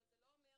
אבל זה לא אומר